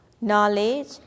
knowledge